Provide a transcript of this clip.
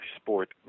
sport